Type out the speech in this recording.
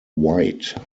white